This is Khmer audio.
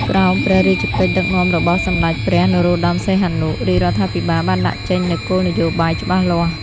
ក្រោមព្រះរាជកិច្ចដឹកនាំរបស់សម្ដេចព្រះនរោត្តម សីហនុ រាជរដ្ឋាភិបាលបានដាក់ចេញនូវគោលនយោបាយច្បាស់លាស់។